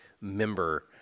member